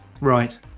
right